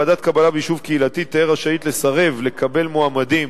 ועדת קבלה ביישוב קהילתי תהיה רשאית לסרב לקבל מועמדים,